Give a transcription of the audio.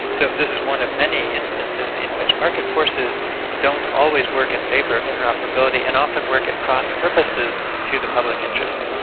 so this is one of many instances in which market forces don't always work in favour of interoperability and often work at cross purposes to the public interest.